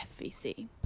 FVC